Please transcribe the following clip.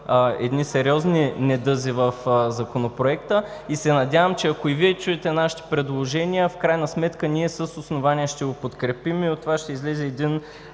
едни сериозни недъзи в Законопроекта и се надявам, че ако и Вие чуете нашите предложения, в крайна сметка ние с основание ще го подкрепим и от това ще излезе един